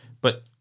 but-